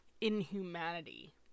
inhumanity